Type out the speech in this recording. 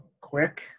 quick